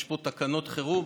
יש פה תקנות חירום